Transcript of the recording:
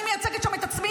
אני מייצגת שם את עצמי,